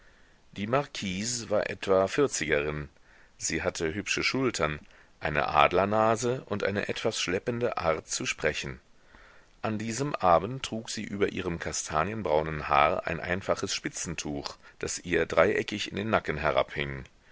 die marquise war etwa vierzigerin sie hatte hübsche schultern eine adlernase und eine etwas schleppende art zu sprechen an diesem abend trug sie über ihrem kastanienbraunen haar ein einfaches spitzentuch das ihr dreieckig in den nacken herabhing